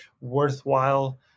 worthwhile